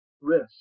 risk